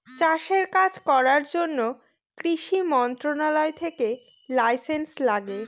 চাষের কাজ করার জন্য কৃষি মন্ত্রণালয় থেকে লাইসেন্স লাগে